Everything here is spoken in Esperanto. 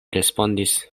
respondis